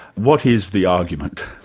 what is the argument?